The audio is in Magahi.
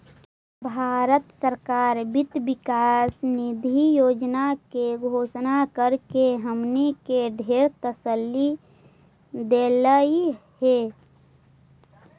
भारत सरकार वित्त विकास निधि योजना के घोषणा करके हमनी के ढेर तसल्ली देलई हे